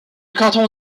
canton